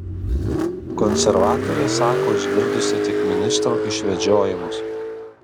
konservatorė sako išgirdusi tik ministro išvedžiojimus